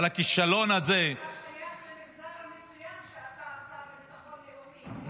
אבל הכישלון הזה --- אתה שייך למגזר מסוים כשאתה השר לביטחון לאומי,